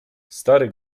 stary